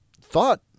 thought